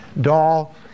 doll